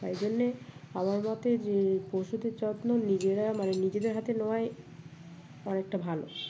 তাই জন্যে আমার মতে যে পশুদের যত্ন নিজেরা মানে নিজেদের হাতে নেওয়ায় অনেকটা ভালো